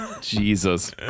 Jesus